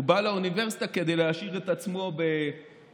הוא בא לאוניברסיטה כדי להעשיר את עצמו ולמד